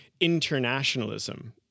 internationalism